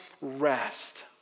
rest